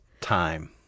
time